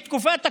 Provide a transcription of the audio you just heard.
בתקופת הקורונה,